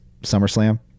SummerSlam